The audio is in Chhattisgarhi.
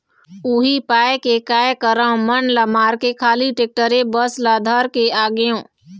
उही पाय के काय करँव मन ल मारके खाली टेक्टरे बस ल धर के आगेंव